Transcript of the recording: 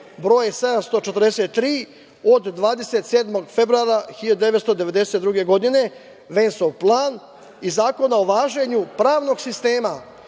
br. 743 od 27. februara 1992. godine, Vensov plan i Zakona o važenju pravnog sistema